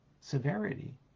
severity